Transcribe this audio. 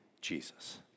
Jesus